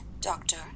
Doctor